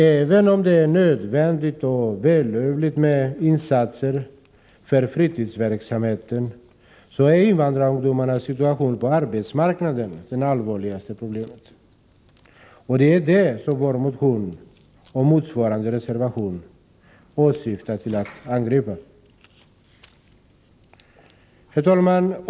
Även om det är nödvändigt och välbehövligt med insatser för fritidsverksamheten, så är invandrarungdomarnas situation på arbetsmarknaden det allvarligaste problemet, och det är detta som vår motion och motsvarande reservation syftar till att angripa. Herr talman!